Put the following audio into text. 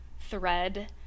thread